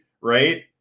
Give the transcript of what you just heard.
right